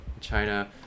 China